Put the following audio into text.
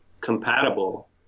compatible